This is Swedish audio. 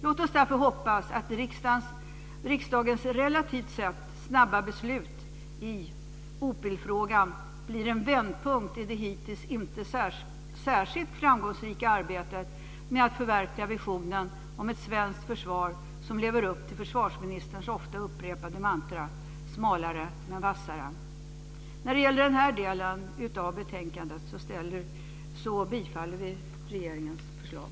Låt oss därför hoppas att riksdagens relativt sett snabba beslut i OPIL-frågan blir en vändpunkt i det hittills inte särskilt framgångsrika arbetet med att förverkliga visionen om ett svenskt försvar som lever upp till försvarsministerns ofta upprepade mantra När det gäller den del av betänkandet som jag har tagit upp vill vi bifalla regeringens förslag.